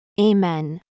Amen